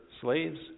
slaves